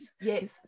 Yes